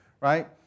right